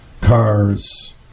cars